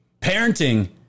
Parenting